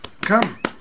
Come